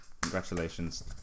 Congratulations